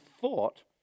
thought